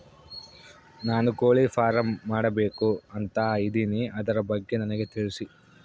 ನಾನು ಕೋಳಿ ಫಾರಂ ಮಾಡಬೇಕು ಅಂತ ಇದಿನಿ ಅದರ ಬಗ್ಗೆ ನನಗೆ ತಿಳಿಸಿ?